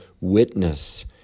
witness